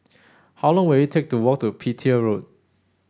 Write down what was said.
how long will it take to walk to Petir Road